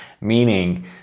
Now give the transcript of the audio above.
meaning